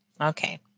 Okay